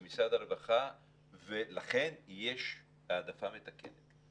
ולכן יש העדפה מתקנת.